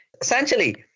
Essentially